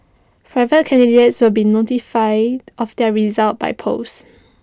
private candidates will be notified of their results by post